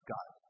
God